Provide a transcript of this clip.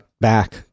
back